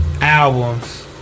Albums